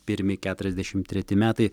pirmi keturiasdešimt treti metai